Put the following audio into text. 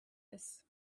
his